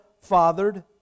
fathered